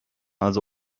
also